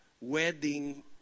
wedding